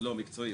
לא, מקצועית.